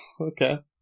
okay